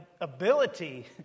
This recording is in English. ability